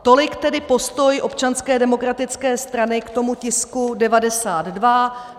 Tolik tedy postoj Občanské demokratické strany k tisku 92.